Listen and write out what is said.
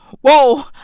whoa